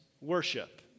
worship